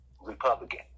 Republican